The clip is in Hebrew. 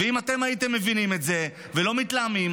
ואם הייתם מבינים את זה ולא מתלהמים,